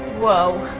whoa.